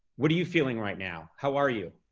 what are you feeling right now, how are you?